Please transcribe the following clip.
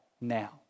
now